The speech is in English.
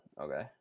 okay